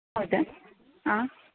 ಹೌದಾ ಹಾಂ